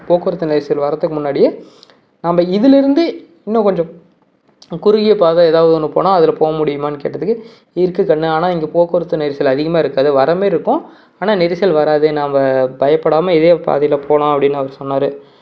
போக்குவரத்து நெரிசல் வரத்துக்கு முன்னாடியே நாம்ம இதுலேருந்து இன்னும் கொஞ்சம் குறுகிய பாதை எதாவது ஒன்று போனால் அதில் போக முடியுமான்னு கேட்டதுக்கு இருக்குது கண்ணு ஆனால் இங்கே போக்குவரத்து நெரிசல் அதிகமாக இருக்காது வர மாரி இருக்கும் ஆனால் நெரிசல் வராது நாம் பயப்படாம இதே பாதையில் போகலாம் அப்படின்னு அவர் சொன்னார்